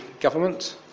government